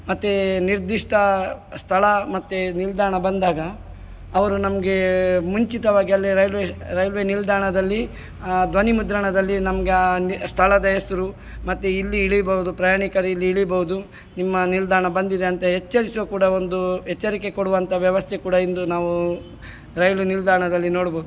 ಮತ್ತು ನಿರ್ದಿಷ್ಟ ಸ್ಥಳ ಮತ್ತು ನಿಲ್ದಾಣ ಬಂದಾಗ ಅವರು ನಮಗೆ ಮುಂಚಿತವಾಗಿ ಅಲ್ಲಿ ರೈಲ್ವೆ ರೈಲ್ವೆ ನಿಲ್ದಾಣದಲ್ಲಿ ಧ್ವನಿ ಮುದ್ರಣದಲ್ಲಿ ನಮ್ಗೆ ಆ ನಿ ಸ್ಥಳದ ಹೆಸರು ಮತ್ತು ಇಲ್ಲಿ ಇಳೀಬೌದು ಪ್ರಯಾಣಿಕರಿಲ್ಲಿ ಇಳೀಬೌದು ನಿಮ್ಮ ನಿಲ್ದಾಣ ಬಂದಿದೆ ಅಂತ ಎಚ್ಚರಿಸೋ ಕೂಡ ಒಂದು ಎಚ್ಚರಿಕೆ ಕೊಡುವಂಥ ವ್ಯವಸ್ಥೆ ಕೂಡ ಇಂದು ನಾವು ರೈಲ್ವೆ ನಿಲ್ದಾಣದಲ್ಲಿ ನೋಡಬೌದು